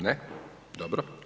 Ne, dobro.